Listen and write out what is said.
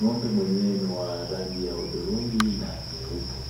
Ng'ombe mwenyewe ni wa rangi ya hudhurungi na nyeupe.